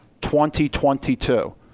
2022